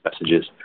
messages